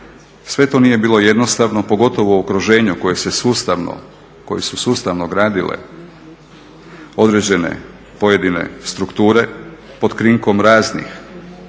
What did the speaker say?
Sve to nije bilo jednostavno pogotovo u okruženju koje se sustavno, koji su sustavno gradile određene pojedine strukture pod krinkom raznih